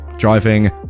driving